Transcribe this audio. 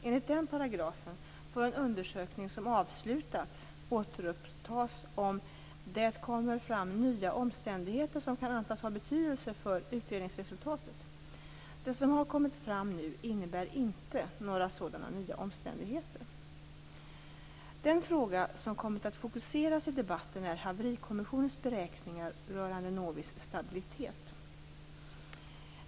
Enligt den paragrafen får en undersökning som avslutats återupptas "om det kommer fram nya omständigheter som kan antas ha betydelse för utredningsresultatet". Det som har kommit fram nu innebär inte några sådana nya omständigheter. Den fråga som kommit att fokuseras i debatten är Haverikommissionens beräkningar rörande Novis stabilitet.